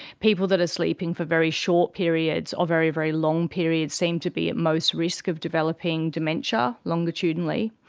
people that are sleeping for very short periods or very, very long periods seem to be at most risk of developing dementia, longitudinally.